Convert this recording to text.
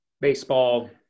baseball